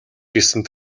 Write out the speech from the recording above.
гэсэн